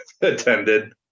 attended